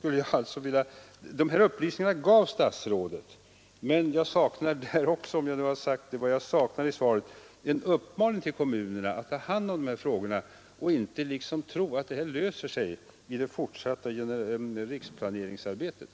Dessa upplysningar gav statsrådet i viss utsträckning i svaret, men vad jag där saknade var en uppmaning till kommunerna att ta hand om de här frågorna och inte tro att detta löser sig i det fortsatta riksplaneringsarbetet.